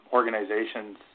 organizations